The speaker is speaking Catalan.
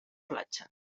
platja